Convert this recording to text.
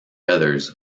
others